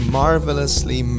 marvelously